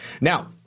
Now